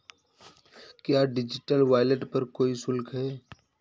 क्या digital wallet पर कोई शुल्क है?